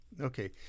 Okay